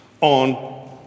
on